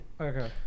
Okay